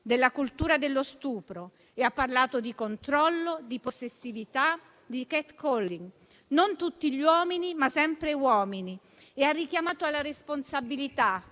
della cultura dello stupro. Ha parlato di controllo, di possessività, di *cat calling*. Non tutti gli uomini, ma sempre uomini; e ha richiamato alla responsabilità.